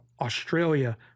Australia